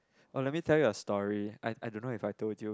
oh let me tell you a story I I don't know if I told you